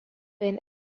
been